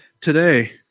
today